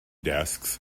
desks